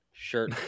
Shirt